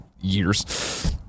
years